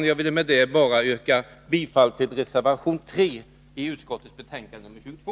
Med hänvisning till vad jag sagt yrkar jag bifall till reservationen 3 i utskottets betänkande nr 22.